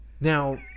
now